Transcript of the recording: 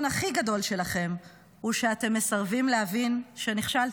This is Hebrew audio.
הכי גדול שלכם הוא שאתם מסרבים להבין שנכשלתם.